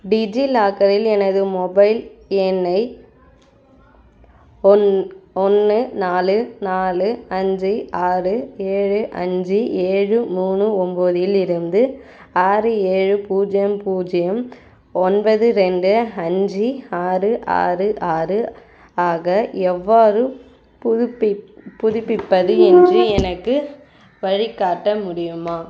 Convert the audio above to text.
டிஜிலாக்கரில் எனது மொபைல் எண்ணை ஒன் ஒன்று நாலு நாலு அஞ்சு ஆறு ஏழு அஞ்சு ஏழு மூணு ஒம்பதில் இருந்து ஆறு ஏழு பூஜ்ஜியம் பூஜ்ஜியம் ஒன்பது ரெண்டு அஞ்சு ஆறு ஆறு ஆறு ஆக எவ்வாறு புதுப்பிப் புதுப்பிப்பது என்று எனக்கு வழிகாட்ட முடியுமா